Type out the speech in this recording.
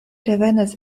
revenas